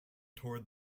toward